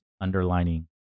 underlining